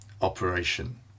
operation